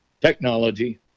Technology